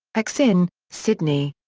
axinn, sidney.